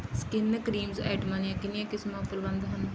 skin creams ਆਈਟਮਾਂ ਦੀਆਂ ਕਿੰਨੀਆਂ ਕਿਸਮਾਂ ਉਪਲੱਬਧ ਹਨ